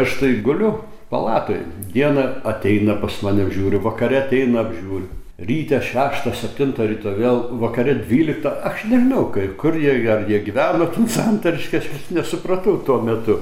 aš tai guliu palatoj dieną ateina pas mane apžiūri vakare ateina apžiūri ryte šeštą septintą ryto vėl vakare dvyliktą aš nežinau kaip kur jie ar jie gyveno ten santariškėse aš nesupratau tuo metu